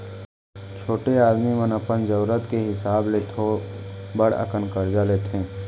छोटे आदमी मन अपन जरूरत के हिसाब ले थोक बड़ अकन करजा लेथें